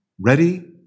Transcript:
ready